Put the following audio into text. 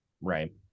right